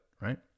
Right